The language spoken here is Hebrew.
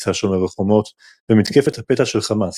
מבצע שומר החומות ומתקפת הפתע של חמאס,